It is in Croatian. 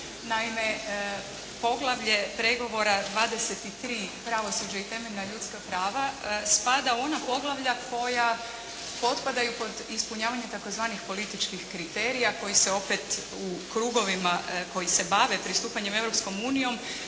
Naime, Poglavlje pregovora XXIII. pravosuđe i temeljna ljudska prava, spada u ona poglavlja koja potpadaju pod ispunjavanje tzv. političkih kriterija koji se opet u klubovima koji se bave pristupanjem Europskom unijom,